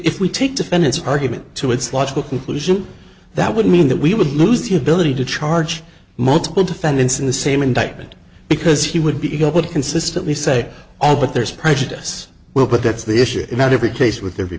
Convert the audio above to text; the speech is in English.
if we take defendants argument to its logical conclusion that would mean that we would lose the ability to charge multiple defendants in the same indictment because he would be able to consistently say ah but there's prejudice will but that's the issue not every case with every